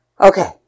Okay